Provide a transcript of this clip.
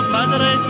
Padre